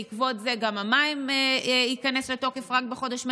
בעקבות זה גם בעניין מים זה ייכנס לתוקף רק בחודש מרץ.